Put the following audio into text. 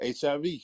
HIV